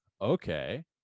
okay